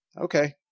Okay